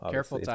Careful